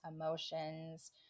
emotions